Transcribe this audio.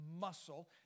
muscle